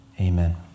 Amen